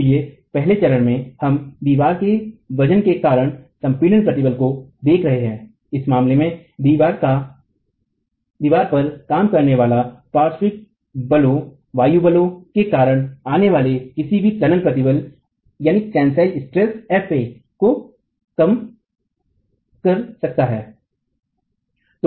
इसलिए पहले चरण में हम दीवार के वजन के कारण संपीडन प्रतिबल को देख रहे हैं इस मामले में दीवार पर काम करने वाले पार्श्विक बलों वायु बलों के कारण आने वाले किसी भी तनन प्रतिबल fa को कम कर सकता है